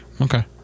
okay